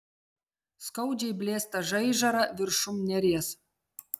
skaudžiai blėsta žaižara viršum neries